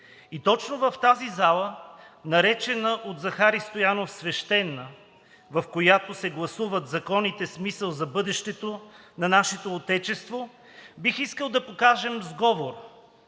Точно в тази зала, наречена от Захари Стоянов „свещена“, в която се гласуват законите с мисъл за бъдещето на нашето отечество, бих искал да покажем сговор,